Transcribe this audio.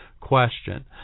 question